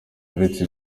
uretse